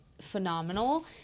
phenomenal